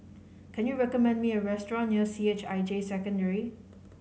can you recommend me a restaurant near C H I J Secondary